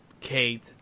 kate